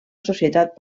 societat